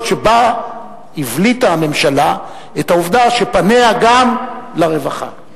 שבו הבליטה הממשלה את העובדה שפניה גם לרווחה.